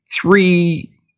three